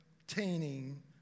obtaining